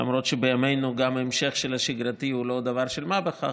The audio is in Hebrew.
למרות שבימינו גם ההמשך של השגרתי הוא לא דבר של מה בכך,